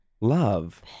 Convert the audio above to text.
Love